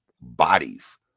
bodies